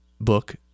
book